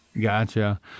gotcha